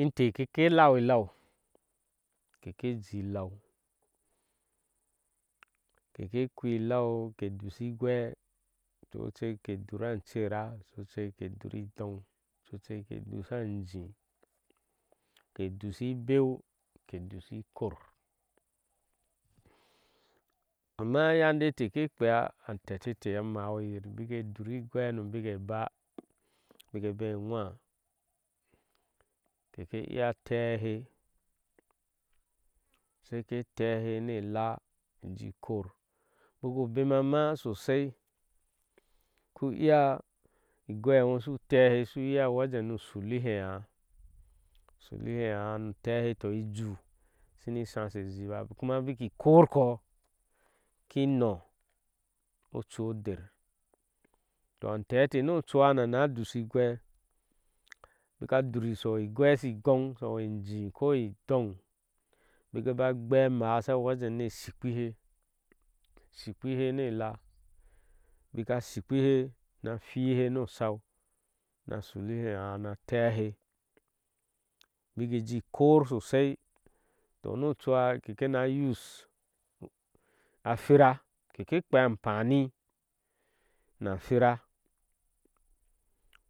Inteh keke lau i lau kekr kpi ilau ke dushi igwee cocek ke dur incera incera cocele de dur idonl co cek de dusha a anjii a dushi i beu kedushi ikor ama yande teh kekpeed a teteh eteh amawiyir biko dur igweheno biko baa. bike be iŋwa kekeiya tehhe sheke tehhe ni daa nishi kor baku bema ma sosai igwe eŋo ushu tehhe ushu iya a wejen nu sulehe eaa nu tehi toh ijuu i shuni shasheh a zii ba kuma i bakiu ikorko iki noh ocu oder, to ateh ete nu ocua, ana dushi igwe bika dur showe egwe shi goŋ shoiwe ne injii ko odoŋ baka a baa a gbee amaá a sha wejen na shukpihe ni ela n hwihe ni osaui na shulhe eaá ni a tehe biki ji kor sosai toh ni ocuhe ke shina use na a hwira ke kina kpeeá amhwa ni ahwira